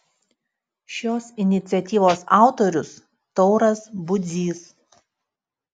šios iniciatyvos autorius tauras budzys